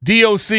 DOC